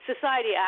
society